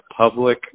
public